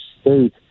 state